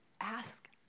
Ask